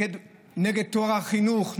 נגד טוהר החינוך,